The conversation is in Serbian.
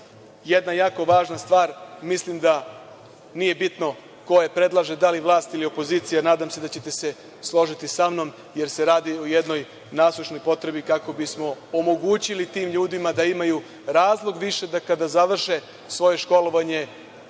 jedna jako važna stvar. Mislim da nije bitno ko je predlaže, da li vlast ili opozicija. Nadam se da ćete se složiti samnom jer se radi o jednoj nasušnoj potrebi, kako bismo omogućili tim ljudima da imaju razlog više da, kada završe svoje školovanje